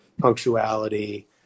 punctuality